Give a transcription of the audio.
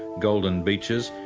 golden beaches,